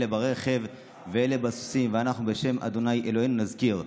אלה ברכב ואלה בסוסים ואנחנו בשם ה' אלהינו נזכיר.